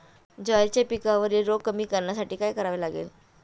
ज्वारीच्या पिकावरील रोग कमी करण्यासाठी काय करावे लागेल?